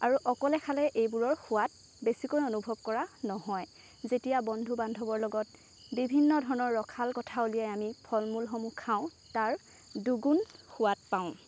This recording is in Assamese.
আৰু অকলে খালে এইবোৰৰ সোৱাদ বেছিকৈ অনুভৱ কৰা নহয় যেতিয়া বন্ধু বান্ধৱৰ লগত বিভিন্ন ধৰণৰ ৰসাল কথা উলিয়াই আমি ফলমূল সমূহ খাওঁ তাৰ দুগুণ সোৱাদ পাওঁ